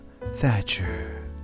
thatcher